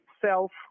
self